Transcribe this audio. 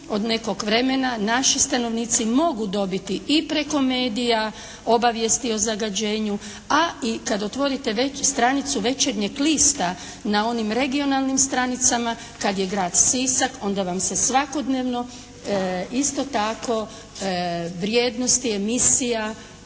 od nekog vremena naši stanovnici mogu dobiti i preko medija obavijesti o zagađenju, a i kad otvorite stranicu Večernjeg lista na onim regionalnim stranicama kad je grad Sisak onda vam se svakodnevno isto tako vrijednosti emisija